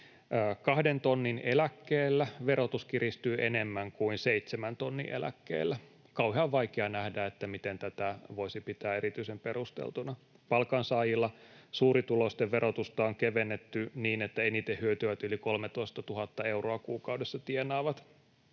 tonnin eläkkeellä verotus kiristyy enemmän kuin seitsemän tonnin eläkkeellä. Kauhean vaikeaa on nähdä, miten tätä voisi pitää erityisen perusteltuna. Palkansaajilla suurituloisten verotusta on kevennetty niin, että eniten hyötyvät yli 13 000 euroa kuukaudessa tienaavat.